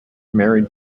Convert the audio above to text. married